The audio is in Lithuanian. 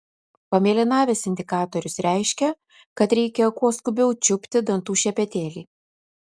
pamėlynavęs indikatorius reiškia kad reikia kuo skubiau čiupti dantų šepetėlį